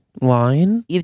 line